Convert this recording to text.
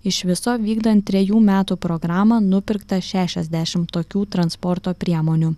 iš viso vykdant trejų metų programą nupirkta šešiasdešimt tokių transporto priemonių